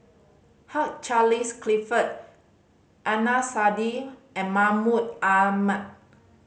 Hugh Charles Clifford Adnan Saidi and Mahmud Ahmad